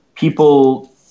People